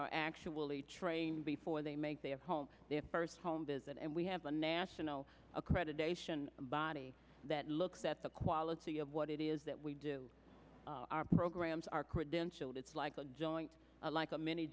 are actually trained before they make their home their first home visit and we have a national accreditation body that looks at the quality of what it is that we do our programs are credentialed it's like a joint like a mini